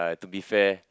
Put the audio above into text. uh to be fair